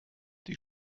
die